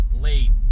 late